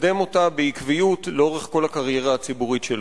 מקדם אותה בעקביות לאורך כל הקריירה הציבורית שלו.